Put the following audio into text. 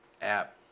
app